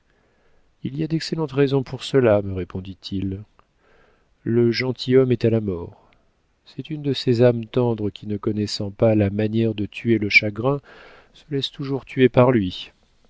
il y a d'excellentes raisons pour cela me répondit-il le gentilhomme est à la mort c'est une de ces âmes tendres qui ne connaissant pas la manière de tuer le chagrin se laissent toujours tuer par lui